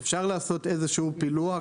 כלומר, אפשר לעשות איזשהו פילוח